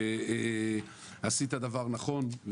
ועשית דבר נכון.